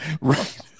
right